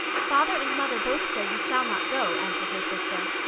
father and mother both say you shall not go, answered her sister.